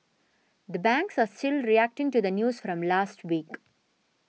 the banks are still reacting to the news from last week